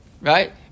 right